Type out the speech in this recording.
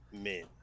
men